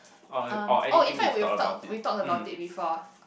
um oh in fact we've talk we've talked about it before